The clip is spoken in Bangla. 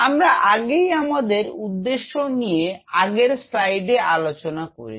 আমরা আগেই আমাদের উদ্দেশ্য নিয়ে আগের স্লাইডে আলোচনা করেছি